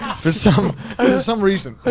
for some some reason,